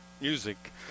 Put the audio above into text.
music